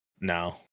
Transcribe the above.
No